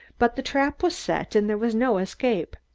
but the trap was set and there was no escape.